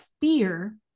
fear